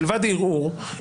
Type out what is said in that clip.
מלבד ערעור,